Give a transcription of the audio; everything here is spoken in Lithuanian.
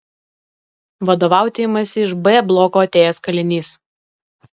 vadovauti imasi iš b bloko atėjęs kalinys